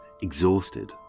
exhausted